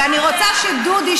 ואני רוצה שדודי,